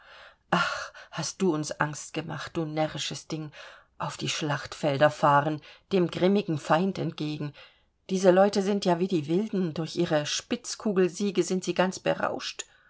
ach hast du uns angst gemacht du närrisches ding auf die schlachtfelder fahren dem grimmigen feind entgegen diese leute sind ja wie die wilden durch ihre spitzkugelsiege sind sie ganz berauscht